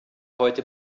heute